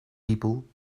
people